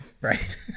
right